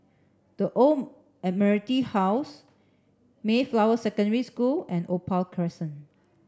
the Old Admiralty House Mayflower Secondary School and Opal Crescent